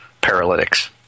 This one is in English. paralytics